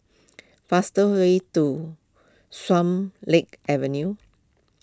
faster way to Swan Lake Avenue